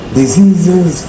diseases